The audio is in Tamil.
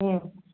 ம்